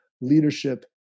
leadership